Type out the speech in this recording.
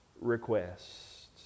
request